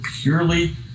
purely